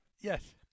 Yes